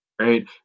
right